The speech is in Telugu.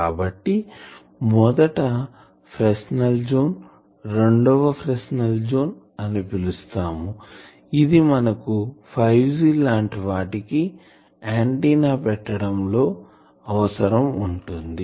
కాబట్టి మొదట ఫ్రెస్నెల్ జోన్ రెండవ ఫ్రెస్నెల్ జోన్ అని పిలుస్తాం ఇది మనకు 5G లాంటి వాటికీ ఆంటిన్నా పెట్టడం లో అవసరం ఉంటుంది